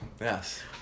Yes